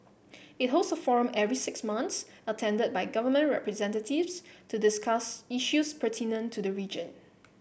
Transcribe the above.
it holds a forum every six months attended by government representatives to discuss issues pertinent to the region